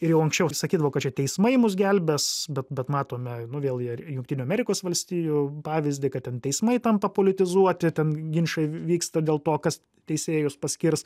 ir jau anksčiau sakydavo kad čia teismai mus gelbės bet bet matome vėl ir jungtinių amerikos valstijų pavyzdį kad ten teismai tampa politizuoti ten ginčai vyksta dėl to kas teisėjus paskirs